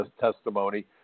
testimony